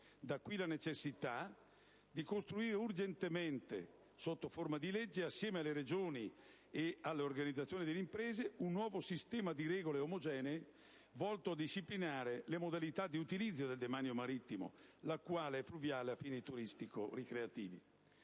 Da qui la necessità di costruire urgentemente, sotto forma di leggi, assieme alle Regioni e alle organizzazioni delle imprese, un nuovo sistema di regole omogenee volto a disciplinare le modalità di utilizzo del demanio marittimo lacuale e fluviale a fini turistico-ricreativi.